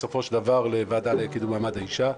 בסופו של דבר לוועדה לקידום מעמד האישה.